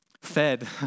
Fed